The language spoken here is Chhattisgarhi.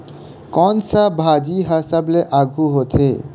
कोन सा भाजी हा सबले आघु होथे?